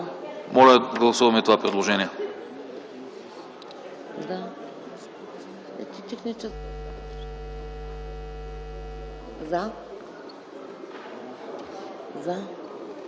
Моля, гласувайте това предложение.